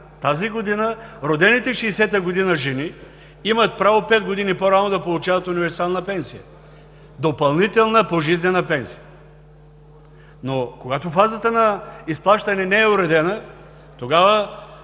тази година родените през 1960 г. жени имат право пет години по-рано да получават универсална пенсия – допълнителна пожизнена пенсия, но когато фазата на изплащане не е уредена, тогава